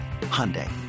Hyundai